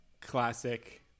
classic